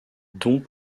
dont